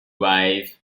wife